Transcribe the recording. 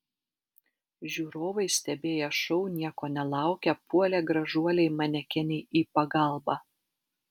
žiūrovai stebėję šou nieko nelaukę puolė gražuolei manekenei į pagalbą